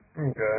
Okay